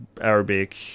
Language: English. Arabic